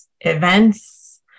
events